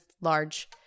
large